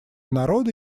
народа